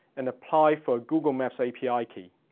and apply for a google maps api key,